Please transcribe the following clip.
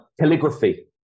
calligraphy